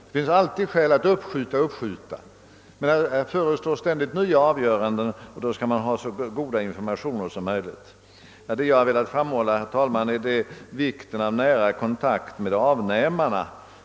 Det finns alltid ett eller annat skäl att uppskjuta sådana saker, men eftersom det ständigt förestår nya avgöranden skall man ha så goda informationer som möjligt till hands. Vad jag velat framhålla, herr talman, är vikten av nära kontakt med avnämarna.